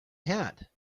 hat